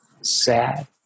sad